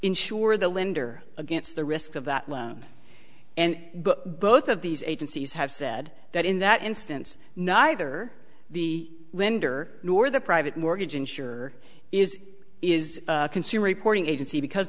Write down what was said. insure the lender against the risk of that loan and both of these agencies have said that in that instance neither the lender nor the private mortgage insure is is consumer reporting agency because